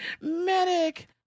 Medic